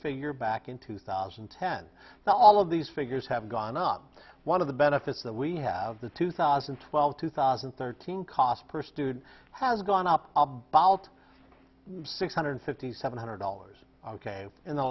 figure back in two thousand and ten now all of these figures have gone up one of the benefits that we have the two thousand and twelve two thousand and thirteen cost per student has gone up about six hundred fifty seven hundred dollars in the